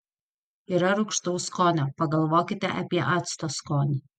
yra rūgštaus skonio pagalvokite apie acto skonį